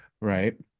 right